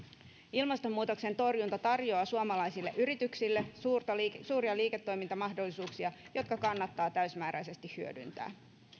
ilmastonmuutoksen torjunta tarjoaa suomalaisille yrityksille suuria liiketoimintamahdollisuuksia jotka kannattaa täysimääräisesti hyödyntää